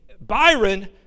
byron